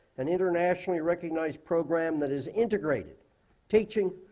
an internationally recognized program that has integrated teaching,